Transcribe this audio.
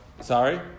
sorry